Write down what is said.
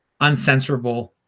uncensorable